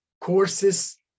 courses